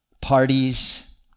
parties